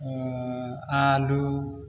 आलु